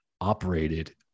operated